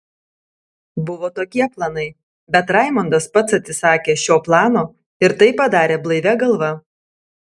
buvo tokie planai bet raimondas pats atsisakė šio plano ir tai padarė blaivia galva